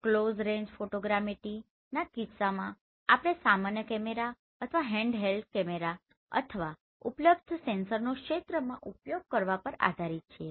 close range ફોટોગ્રામેટરીના કિસ્સામાં આપણે સામાન્ય કેમેરા અથવા હેન્ડહેલ્ડ કેમેરા અથવા ઉપલબ્ધ સેન્સરનો ક્ષેત્રમાં ઉપયોગ કરવા પર આધારીત છીએ